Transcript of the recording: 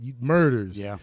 murders